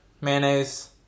mayonnaise